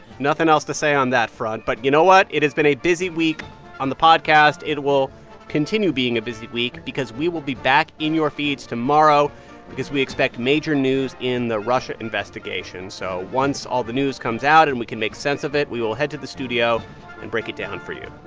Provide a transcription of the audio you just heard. nothing else to say on that front. but you know what? it has been a busy week on the podcast. it will continue being a busy week because we will be back in your feed's tomorrow because we expect major news in the russia investigation. so once all the news comes out and we can make sense of it, we will head to the studio and break it down for you.